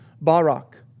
Barak